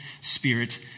spirit